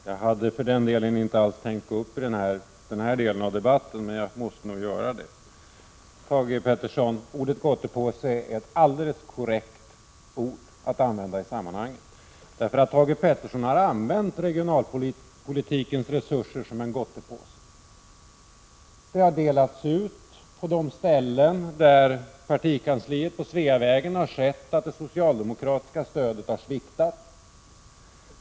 Herr talman! Jag hade inte alls tänkt gå upp i den här delen av debatten, men jag måste nog göra det. Thage Peterson, ordet gottepåse är ett alldeles korrekt ord att använda i sammanhanget. Thage Peterson har nämligen använt regionalpolitikens resurser som en gottepåse. Det har delats ut på de ställen där partikansliet på Sveavägen har sett att det socialdemokratiska stödet har sviktat.